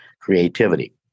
creativity